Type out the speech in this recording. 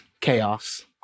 chaos